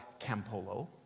campolo